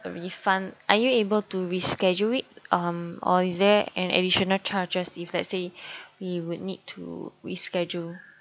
a refund are you able to reschedule it um or is there an additional charges if let's say we would need to reschedule